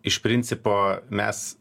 iš principo mes